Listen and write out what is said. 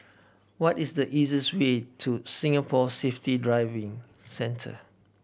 what is the easiest way to Singapore Safety Driving Centre